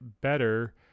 better